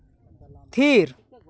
ᱛᱷᱤᱨ